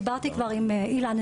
דיברתי כבר עם אילן,